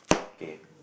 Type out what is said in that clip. okay